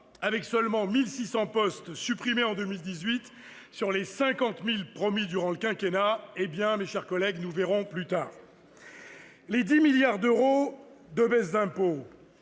avec seulement 1 600 postes supprimés en 2018 sur les 50 000 promis sur la durée du quinquennat, mes chers collègues, nous verrons plus tard ... Les 10 milliards d'euros de baisses d'impôts